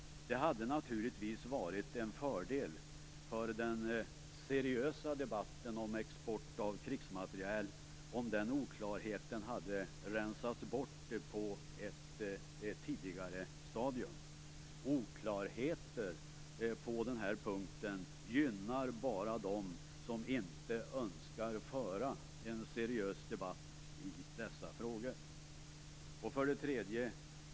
Det hade naturligtvis varit en fördel för den seriösa debatten om export av krigsmateriel om den oklarheten hade rensats bort på ett tidigare stadium. Oklarheter på denna punkt gynnar bara dem som inte önskar föra en seriös debatt i dessa frågor. 3.